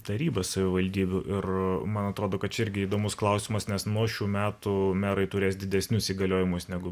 tarybas savivaldybių ir a man atrodo kad čia irgi įdomus klausimas nes nuo šių metų merai turės didesnius įgaliojimus negu